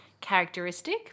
characteristic